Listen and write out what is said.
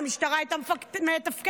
המשטרה הייתה מתפקדת,